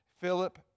Philip